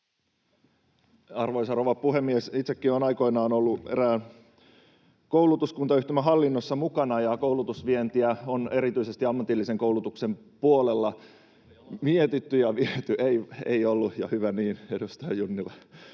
Arvoisa rouva puhemies! Itsekin olen aikoinaan ollut erään koulutuskuntayhtymän hallinnossa mukana, ja koulutusvientiä on erityisesti ammatillisen koulutuksen puolella mietitty ja viety... [Vilhelm Junnilan